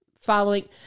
following